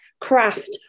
craft